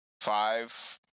five